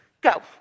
go